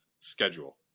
schedule